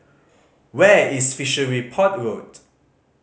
where is Fishery Port Road